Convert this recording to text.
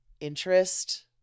interest